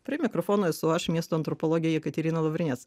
prie mikrofono esu aš miesto antropologė jekaterina lavrinec